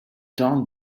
done